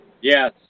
Yes